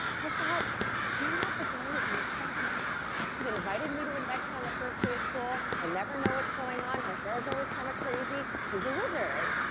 i thought gandalf the gray is ms. buckman she invited me to an adventure on the first day of school, i never know what's going on, her hair's always kind of crazy, she's a wizard.